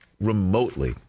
remotely